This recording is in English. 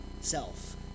self